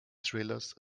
thrillers